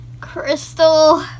Crystal